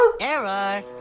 error